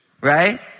right